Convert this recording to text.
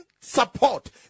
support